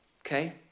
okay